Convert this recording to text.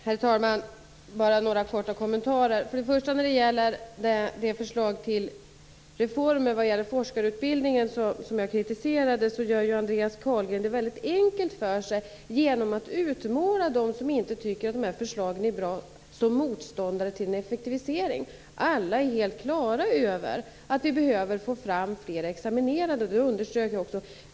Herr talman! Jag har bara några korta kommentarer. För det första: När det gäller det förslag till reformer av forskarutbildningen som jag kritiserade gör Andreas Carlgren det väldigt enkelt för sig genom att utmåla dem som inte tycker att förslagen är bra som motståndare till effektivisering. Alla är helt klara över att vi behöver få fram fler examinerade, och det underströk jag också.